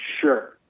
sure